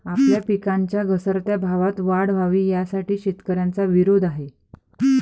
आपल्या पिकांच्या घसरत्या भावात वाढ व्हावी, यासाठी शेतकऱ्यांचा विरोध आहे